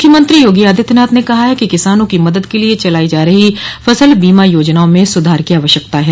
मुख्यमंत्री योगी आदित्यनाथ ने कहा है कि किसानों की मदद के लिए चलाई जा रही फसल बीमा योजनाओं में सुधार की आवश्यकता है